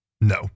no